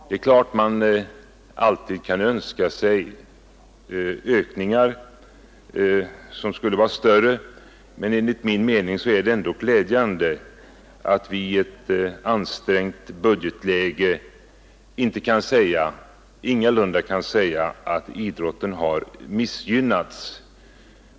Det är klart att man kan önska sig ökningar som skulle varit ännu större, men enligt min mening är det glädjande att vi i ett ansträngt budgetläge kan säga att idrotten ingalunda har missgynnats.